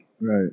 Right